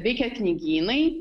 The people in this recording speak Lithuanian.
veikia knygynai